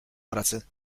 pracy